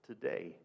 today